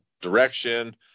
direction